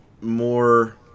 more